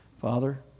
Father